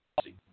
policy